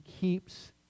keeps